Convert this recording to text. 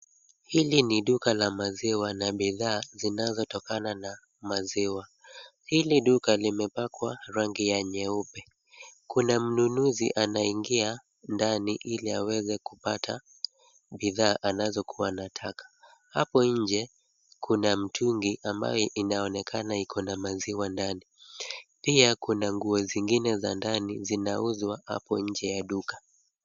Hili ni duka la maziwa na bidhaa zinazotokana na maziwa. Hili duka limepakwa rangi ya nyeupe. Kuna mnunuzi anaingia ndani ili aweze kupata bidhaa anazokuwa anataka. Hapo nje, kuna mtungi ambao inaoonekana iko na maziwa ndani. Pia kuna nguo zingine za ndani zinauzwa hapo nje ya duka.